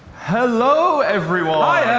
hello, everyone.